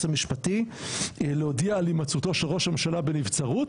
המשפטי להודיע על הימצאותו של ראש הממשלה בנבצרות,